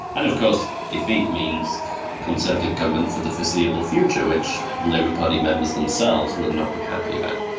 and of course defeat means conservative government for the foreseeable future, which labour party members themselves would not be happy about.